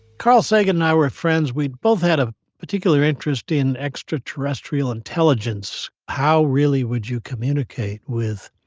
carl sagan and i were friends. we both had a particular interest in extraterrestrial intelligence. how, really, would you communicate with